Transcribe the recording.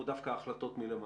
הוא דווקא ההחלטות מלמעלה.